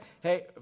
Hey